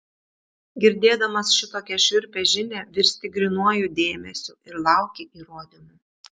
girdėdamas šitokią šiurpią žinią virsti grynuoju dėmesiu ir lauki įrodymų